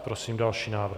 Prosím o další návrh.